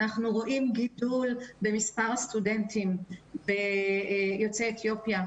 אנחנו רואים גידול במספר הסטודנטים יוצאי אתיופיה.